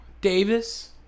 Davis